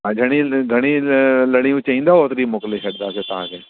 अ घणी ल घणी ल लड़ियूं चईंदो ओतिरी मोकिले छॾदासि तव्हांखे